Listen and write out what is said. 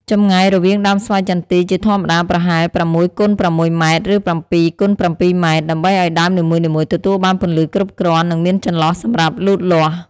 ចម្ងាយរវាងដើមស្វាយចន្ទី ជាធម្មតាប្រហែល ៦ គុណ ៦ ម៉ែត្រ ឬ ៧ គុណ ៧ ម៉ែត្រ ដើម្បីឱ្យដើមនីមួយៗទទួលបានពន្លឺគ្រប់គ្រាន់ និងមានចន្លោះសម្រាប់លូតលាស់។